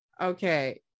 Okay